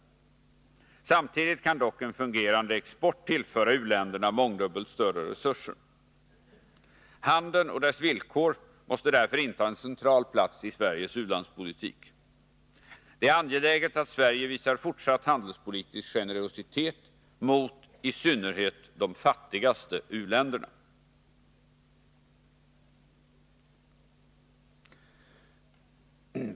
Samtidigt kan dock en fungerande export tillföra u-länderna mångdubbelt större resurser. Handeln och dess villkor måste därför inta en central plats i Sveriges u-landspolitik. Det är angeläget att Sverige visar fortsatt handelspolitisk generositet mot i synnerhet de fattigaste u-länderna.